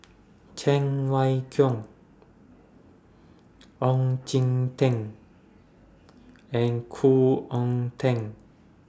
Cheng Wai Keung Oon Jin Teik and Khoo Oon Teik